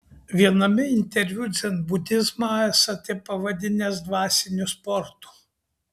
viename interviu dzenbudizmą esate pavadinęs dvasiniu sportu